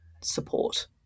support